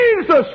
Jesus